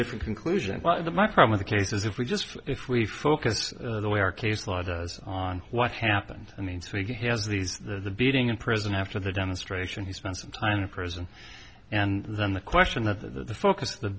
different conclusions but my home in the case is if we just if we focus the way our case law does on what happened i mean so he has these the beating in prison after the demonstration he spent some time in prison and then the question of the focus of the